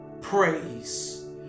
praise